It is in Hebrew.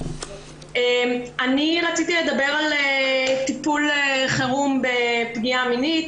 רציתי לדבר על טיפול חירום בפגיעה מינית.